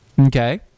Okay